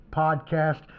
podcast